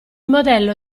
modello